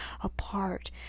apart